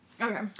Okay